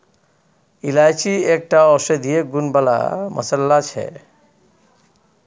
इलायची एकटा औषधीय गुण बला मसल्ला छै